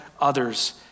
others